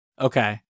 okay